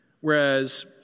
Whereas